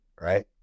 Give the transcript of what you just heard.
right